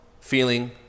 feeling